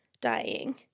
dying